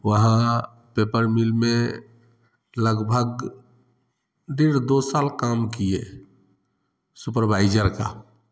वहाँ paper mill में लगभग डेढ़ दो साल काम किए सुपरवाइजर का